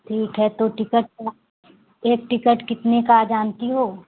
ठीक है तो टिकट एक टिकट कितने का है जानती हो